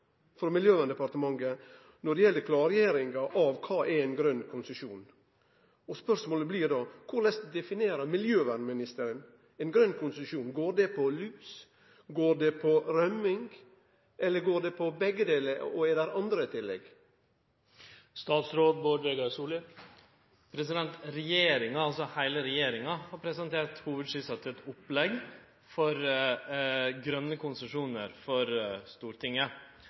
når det gjeld klargjeringa av kva ein grøn konsesjon er. Spørsmålet blir da: Korleis definerer miljøvernministeren ein grøn konsesjon? Går det på lus? Går det på rømming? Eller går det på begge delar? Er det andre tillegg? Regjeringa – altså heile regjeringa – har presentert hovudskissa til eit opplegg for grøne konsesjonar for Stortinget.